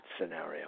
scenario